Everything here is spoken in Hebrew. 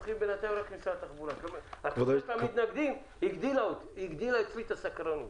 התומכים הם רק משרד התחבורה בינתיים הגדילה אצלי את הסקרנות.